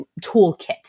toolkit